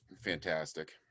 fantastic